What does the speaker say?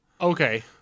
Okay